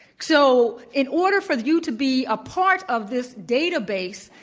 so, in order for you to be a part of this database,